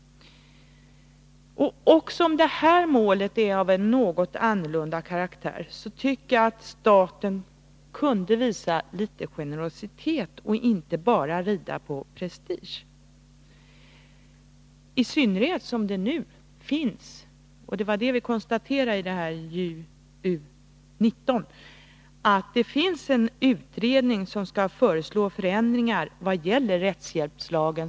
Även om detta mål är av en något annorlunda karaktär, tycker jag att staten skulle kunna visa litet generositet och inte bara rida på prestigen, i synnerhet som det nu finns — vilket konstaterades i justitieutskottets betänkande nr 19 — en utredning, som föreslår förändringar av rättshjälpslagen.